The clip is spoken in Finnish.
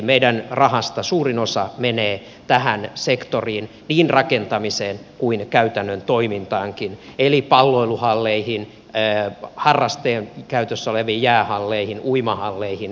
meidän rahastamme suurin osa menee tähän sektoriin niin rakentamiseen kuin käytännön toimintaankin eli palloiluhalleihin harrastekäytössä oleviin jäähalleihin uimahalleihin ja tämäntyyppisiin